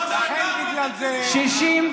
לכן, בגלל זה, את הציבור.